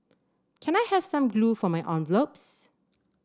can I have some glue for my envelopes